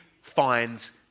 finds